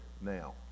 now